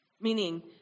Meaning